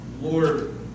Lord